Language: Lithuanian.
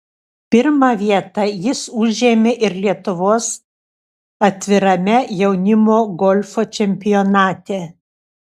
pirmą vietą jis užėmė ir lietuvos atvirame jaunimo golfo čempionate